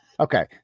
Okay